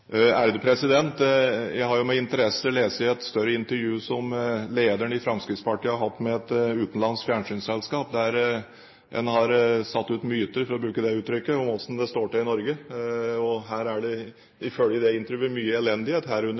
Jeg har med interesse lest et større intervju som lederen i Fremskrittspartiet har hatt med et utenlandsk fjernsynsselskap, der en har satt ut myter, for å bruke det uttrykket, om hvordan det står til i Norge. Her er det ifølge det intervjuet mye elendighet, herunder